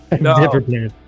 No